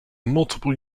multiple